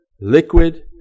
liquid